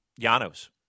Yano's